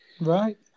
Right